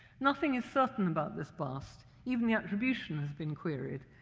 nothing is certain about this bust. even the attribution has been queried,